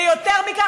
ויותר מכך,